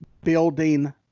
building